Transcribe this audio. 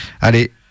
Allez